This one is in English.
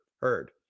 heard